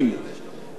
עם שרי אוצר,